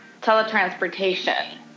Teletransportation